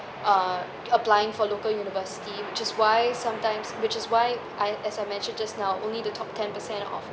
uh applying for local university just why sometimes which is why I as I mentioned just now only the top ten percent of